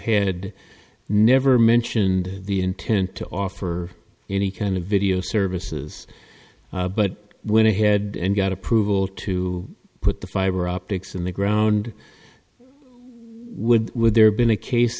had never mentioned the intent to offer any kind of video services but when ahead and got approval to put the fiberoptics in the ground would would there have been a case